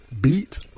beat